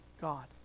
God